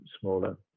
smaller